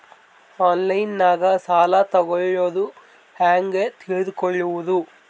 ಆನ್ಲೈನಾಗ ಸಾಲ ತಗೊಳ್ಳೋದು ಹ್ಯಾಂಗ್ ತಿಳಕೊಳ್ಳುವುದು?